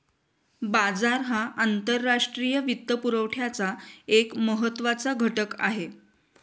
बाजार हा आंतरराष्ट्रीय वित्तपुरवठ्याचा एक महत्त्वाचा घटक आहे